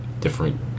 different